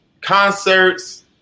concerts